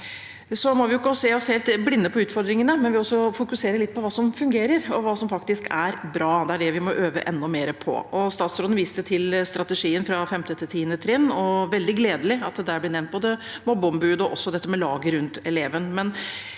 må vi ikke se oss helt blinde på utfordringene, vi må også fokusere litt på hva som fungerer, og hva som faktisk er bra. Det er det vi må øve enda mer på. Statsråden viste til strategien for 5.–10. trinn. Det er veldig gledelig at det der blir nevnt både mobbeombud og dette med laget rundt eleven.